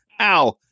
ow